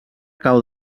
cau